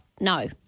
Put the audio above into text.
no